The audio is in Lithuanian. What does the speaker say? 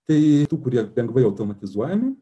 tai tų kurie lengvai automatizuojami